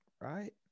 right